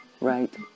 Right